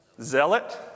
Zealot